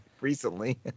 recently